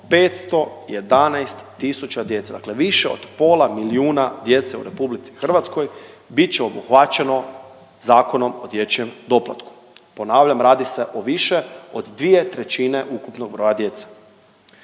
511000 djece, dakle više od pola milijuna djece u Republici Hrvatskoj bit će obuhvaćeno Zakonom o dječjem doplatku. Ponavljam radi se o više od 2/3 ukupnog broja djece.